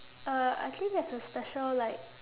uh I think there's a special like